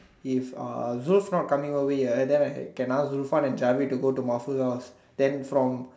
if uh Zul's not coming over here then I can ask Zulfan and Javid to go to Marsia's house then from